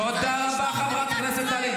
לשמור על מדינת ישראל,